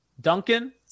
Duncan